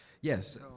yes